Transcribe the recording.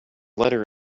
letter